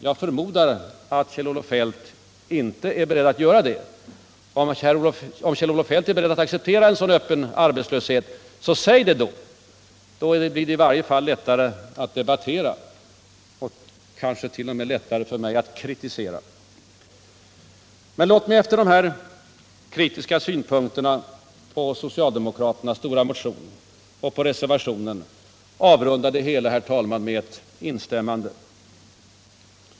Jag förmodar att Kjell-Olof Feldt inte är beredd att göra det. Men om han är beredd att acceptera en sådan öppen arbetslöshet, så säg det! Då blir det i varje fall lättare att debattera och kanske t.o.m. lättare för mig att kritisera. Låt mig efter alla de här kritiska synpunkterna på socialdemokraternas stora motion och på reservationen avrunda det hela, herr talman, med ett instämmande.